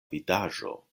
vidaĵo